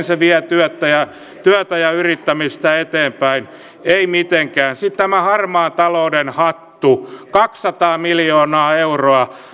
se vie työtä ja työtä ja yrittämistä eteenpäin ei mitenkään sitten tämä harmaan talouden hattu kaksisataa miljoonaa euroa